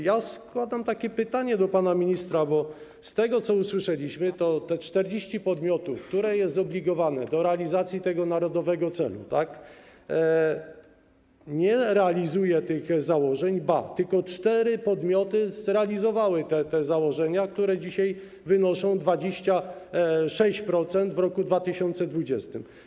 Ja mam pytanie do pana ministra, bo z tego, co usłyszeliśmy, to te 40 podmiotów, które są zobligowane do realizacji tego narodowego celu, nie realizuje tych założeń - tylko cztery podmioty zrealizowały te założenia, które mówią o 26% w roku 2020.